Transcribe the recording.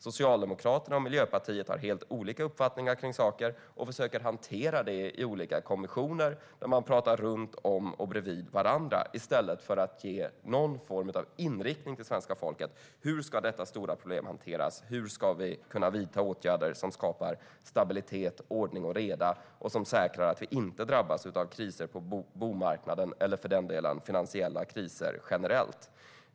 Socialdemokraterna och Miljöpartiet har helt olika uppfattningar om saker och försöker att hantera det i olika kommissioner. Men de pratar runt, om och bredvid varandra i stället för att ge någon form av besked till svenska folket om hur detta stora problem ska hanteras, hur vi ska kunna vidta åtgärder som skapar stabilitet, ordning och reda och som säkrar att vi inte drabbas av kriser på bomarknaden eller, för den delen, finansiella kriser generellt.